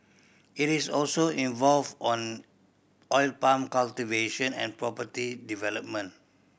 it is also involved on oil palm cultivation and property development